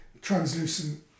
translucent